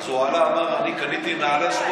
אתה יכול להגיד מה שאתה רוצה,